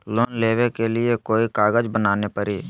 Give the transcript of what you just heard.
Loan लेबे ले कोई कागज बनाने परी?